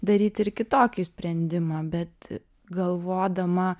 daryti ir kitokį sprendimą bet galvodama